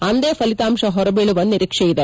ಅಂದೇ ಫಲಿತಾಂಶ ಪೊರಬೀಳುವ ನಿರೀಕ್ಷೆಯಿದೆ